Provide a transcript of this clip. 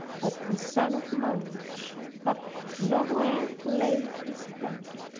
but the son of man hath not where to lay his head.